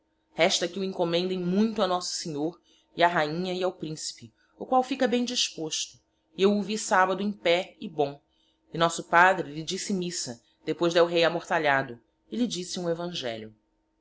resta que o encomendem muito a nosso senhor e a rainha e ao principe o qual fica bem disposto e eu o vi sabbado em pé e bom e nosso padre lhe dixe missa depois del rei amortalhado e lhe dixe hum evangelho